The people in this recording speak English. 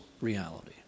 reality